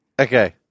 Okay